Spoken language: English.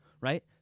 right